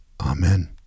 Amen